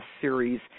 series